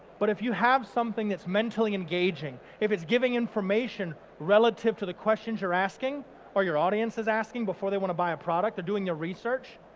but if you have something that's mentally engaging, if it's giving information relative to the questions you're asking or your audience is asking before they want to buy a product or doing your research,